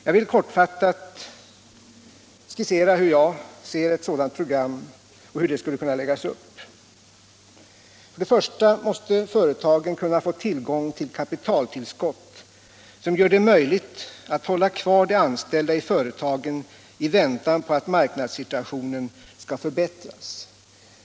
Jag vill kortfattat skissera hur jag anser att ett sådant program skulle kunna läggas upp. För det första måste företagen kunna få tillgång till kapitaltillskott, som gör det möjligt att hålla kvar de anställda i företagen i väntan på att marknadssituationen skall förbättras.